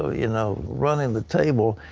ah you know, running the table.